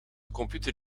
computer